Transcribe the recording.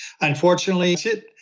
Unfortunately